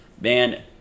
man